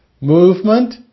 movement